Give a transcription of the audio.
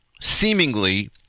seemingly